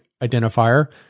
identifier